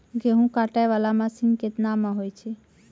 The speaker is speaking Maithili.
गेहूँ काटै वाला मसीन केतना मे होय छै?